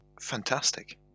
Fantastic